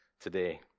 today